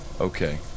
Okay